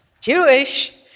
Jewish